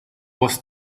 was